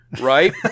Right